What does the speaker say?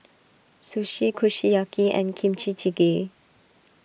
Sushi Kushiyaki and Kimchi Jjigae